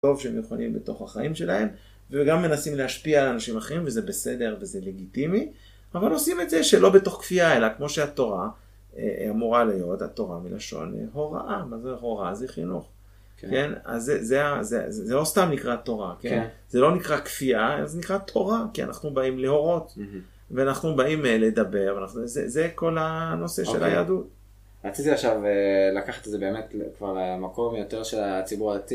טוב שהם יכולים בתוך החיים שלהם וגם מנסים להשפיע על אנשים אחרים וזה בסדר וזה לגיטימי אבל עושים את זה שלא בתוך כפייה אלא כמו שהתורה אמורה להיות, התורה מלשון הוראה. מה זה הוראה? זה חינוך. כן? זה לא סתם נקרא תורה, זה לא נקרא כפייה, זה נקרא תור, כי אנחנו באים להורות ואנחנו באים לדבר, זה כל הנושא של היהדות. רציתי עכשיו לקחת את זה באמת כבר למקום יותר של הציבור הדתי